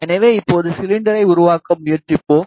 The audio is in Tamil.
எனவே இப்போது சிலிண்டரை உருவாக்க முயற்சிப்போம்